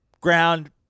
ground